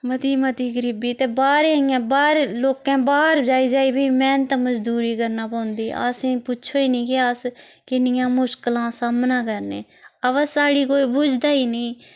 मती मती गरीबी ते बाह्रै ईं बाह्र लोकें बाह्र जाई जाई बी मेह्नत मजदूरी करना पौंदी असेंई पुच्छो ही नी कि अस किन्नियां मुश्कलां सामना करनें अवा साढ़ी कोई बुजदा ही नी